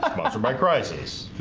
um ah so by crisis